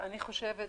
ואני חושבת,